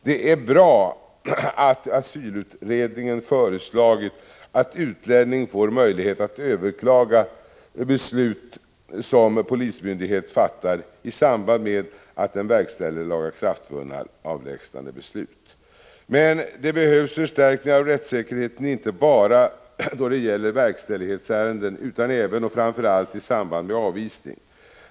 Det är bra att asylutredningen föreslagit att utlänning får möjlighet att överklaga beslut som polismyndighet fattar i samband med att den verkställer lagakraftvunna avlägsnandebeslut. Men det behövs förstärkningar av rättssäkerheten inte bara då det gäller verkställighetsärenden, utan även — och framför allt — i samband med avvisning.